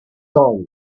dawn